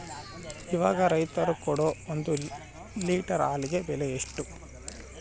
ಇವಾಗ ರೈತರು ಕೊಡೊ ಒಂದು ಲೇಟರ್ ಹಾಲಿಗೆ ಬೆಲೆ ಎಷ್ಟು?